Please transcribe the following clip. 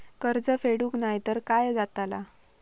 कर्ज फेडूक नाय तर काय जाताला?